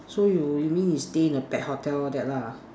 so you you mean you stay in a pet hotel all that lah